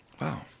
Wow